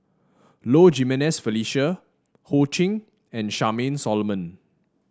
Low Jimenez Felicia Ho Ching and Charmaine Solomon